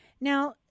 Now